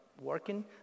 working